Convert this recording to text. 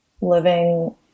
living